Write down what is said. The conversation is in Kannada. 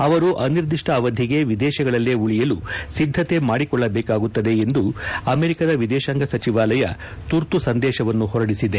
ಅವರು ಅನಿರ್ದಿಷ್ಟ ಅವಧಿಗೆ ವಿದೇಶಗಳಲ್ಲೇ ಉಳಿಯಲು ಸಿದ್ದತೆ ಮಾಡಿಕೊಳ್ಳಬೇಕಾಗುತ್ತದೆ ಎಂದು ಅಮೆರಿಕಾದ ವಿದೇಶಾಂಗ ಸಚಿವಾಲಯ ತುರ್ತು ಸಂದೇಶವನ್ನು ಹೊರಡಿಸಿದೆ